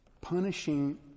punishing